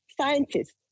scientists